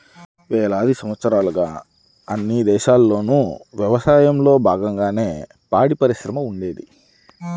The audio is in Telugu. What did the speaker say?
వేలాది సంవత్సరాలుగా అన్ని దేశాల్లోనూ యవసాయంలో బాగంగానే పాడిపరిశ్రమ ఉండేది